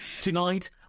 Tonight